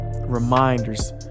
reminders